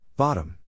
Bottom